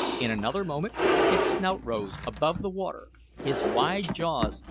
in another moment his snout rose above the water his wide jaws,